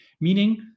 meaning